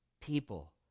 people